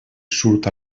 surt